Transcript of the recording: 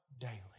daily